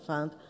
Fund